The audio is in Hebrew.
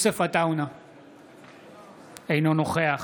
אינו נוכח